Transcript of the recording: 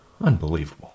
Unbelievable